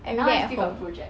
now I still got project